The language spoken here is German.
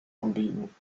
anbieten